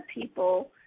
people